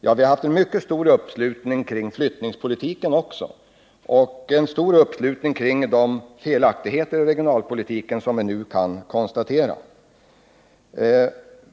Ja, det rådde mycket stor uppslutning kring flyttningspolitiken också och stor uppslutning kring de felaktigheter i regionalpolitiken som vi nu kan iaktta.